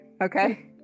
okay